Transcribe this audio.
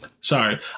Sorry